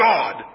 God